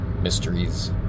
Mysteries